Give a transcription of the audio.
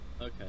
Okay